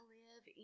live